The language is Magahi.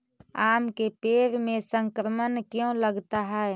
आम के पेड़ में संक्रमण क्यों लगता है?